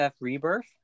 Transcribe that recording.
Rebirth